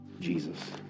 Jesus